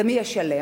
ומי ישלם?